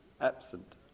absent